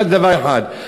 רק דבר אחד,